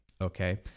okay